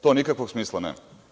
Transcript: To nikakvog smisla nema.